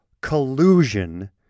collusion